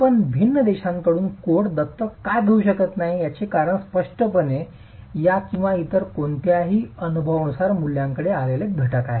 आपण भिन्न देशांकडून कोड दत्तक का घेऊ शकत नाही याचे कारण स्पष्टपणे या किंवा इतर कोणत्याही अनुभवानुसार मूल्यांकडे आलेले घटक आहेत